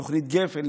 תוכנית גפן,